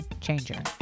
changer